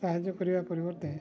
ସାହାଯ୍ୟ କରିବା ପରିବର୍ତ୍ତେ